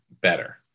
better